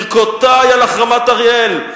ברכותי על החרמת אריאל.